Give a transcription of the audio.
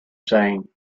saying